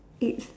it's